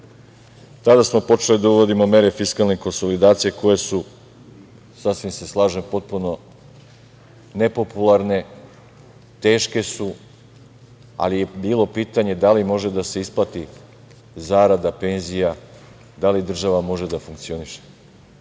smo počeli da uvodimo mere fiskalne konsolidacije koje su, sasvim se slažem, potpuno nepopularne, teške su, ali je bilo pitanje da li može da se isplati zarada, penzija, da li država može da funkcioniše.